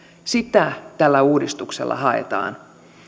sitä tällä uudistuksella haetaan